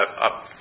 up